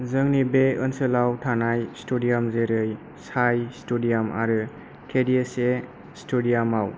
जोंनि बे ओनसोलाव थानाय ष्टेडियाम जेरै साइ ष्टेडियाम आरो के दि एस ए ष्टेडियामाव